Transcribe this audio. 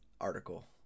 article